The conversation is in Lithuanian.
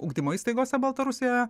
ugdymo įstaigose baltarusijoje